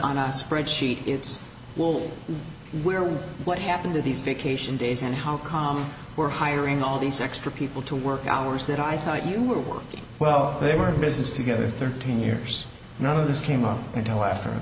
on a spreadsheet it's all where well what happened to these vacation days and how come we're hiring all these extra people to work hours that i thought you were working well they were business together thirteen years none of this came up until after a